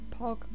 Pog